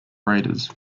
raiders